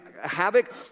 havoc